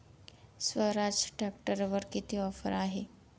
स्वराज ट्रॅक्टरवर किती ऑफर आहे?